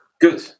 good